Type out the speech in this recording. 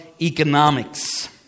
economics